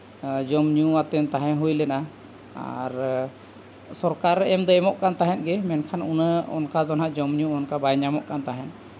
ᱡᱚᱢᱼᱧᱩᱣᱟᱛᱮᱫ ᱛᱟᱦᱮᱸ ᱦᱩᱭ ᱞᱮᱱᱟ ᱟᱨ ᱥᱚᱨᱠᱟᱨ ᱮᱢ ᱫᱚᱭ ᱮᱢᱚᱜ ᱠᱟᱱ ᱛᱟᱦᱮᱸᱫᱼᱜᱮ ᱢᱮᱱᱠᱷᱟᱱ ᱩᱱᱟᱹᱜ ᱚᱱᱠᱟ ᱫᱚ ᱱᱟᱜ ᱡᱚᱢᱼᱧᱩ ᱚᱱᱠᱟ ᱵᱟᱭ ᱧᱟᱢᱚᱜ ᱠᱟᱱ ᱛᱟᱦᱮᱸᱫ